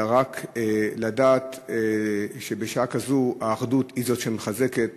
אלא רק לדעת שבשעה כזאת האחדות היא שמחזקת.